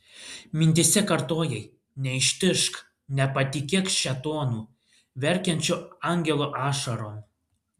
mintyse kartojai neištižk nepatikėk šėtonu verkiančiu angelo ašarom